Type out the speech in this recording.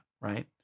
right